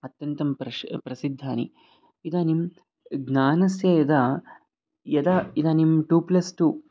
अत्यन्तं प्रश् प्रसिद्धानि इदानीं ज्ञानस्य यदा यदा इदानीं टू प्लस् टू